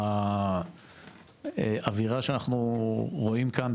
האווירה שאנחנו רואים כאן,